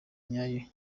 nyayo